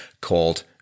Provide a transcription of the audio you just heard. called